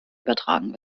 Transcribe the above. übertragen